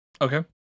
okay